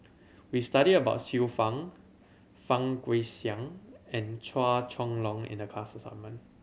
we studied about Xiu Fang Fang Guixiang and Chua Chong Long in the class assignment